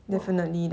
!whoa!